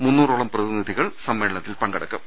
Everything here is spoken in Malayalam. മുന്നൂറോളം പ്രതിനിധികൾ സമ്മേളനത്തിൽ പങ്കെടുക്കും